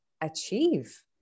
achieve